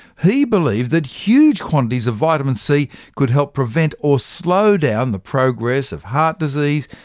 he believed that huge quantities of vitamin c could help prevent or slow down the progress of heart disease,